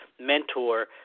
mentor